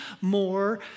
more